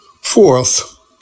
Fourth